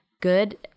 good